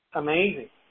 amazing